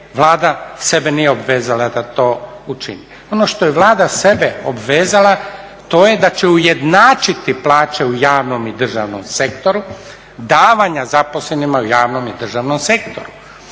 Vlada sebe nije obvezala da to učini. Ono što je Vlada sebe obvezala to je da će ujednačiti plaće u javnom i državnom sektoru, davanja zaposlenima u javnom i državnom sektoru,